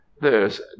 There's